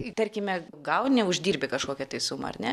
tarkime gauni uždirbi kažkokią tai sumą ar ne